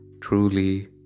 truly